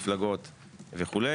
מפלגות וכו'